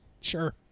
Sure